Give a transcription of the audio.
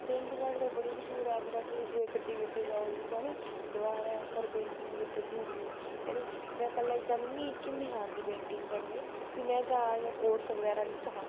painting अज्जकल बड़ी मश्हूर ऐ अज्जकल ते कुदै गड्डी बिच्च जाओ दिक्खो हैनी द्वारै उप्पर पेटिंगां कीती दी होंदी ऐनी में पैह्लै पैह्लै मिकी नेईं हा आंदी पेटिंग करने ई भी में एह्दा इ'यां कोर्स बगैरा लेता हा